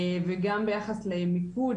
וגם ביחס למיקוד,